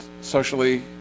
socially